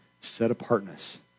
set-apartness